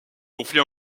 conflit